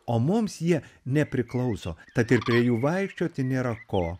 o mums jie nepriklauso tad ir prie jų vaikščioti nėra ko